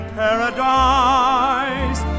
paradise